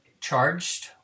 charged